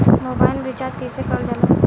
Mobile में recharge कइसे करल जाला?